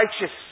righteous